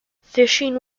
fishing